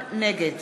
נגד